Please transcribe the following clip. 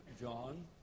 John